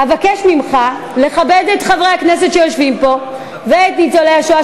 אבקש ממך לכבד את חברי הכנסת שיושבים פה ואת ניצולי השואה,